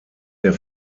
der